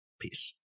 Peace